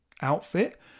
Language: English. outfit